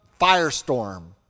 firestorm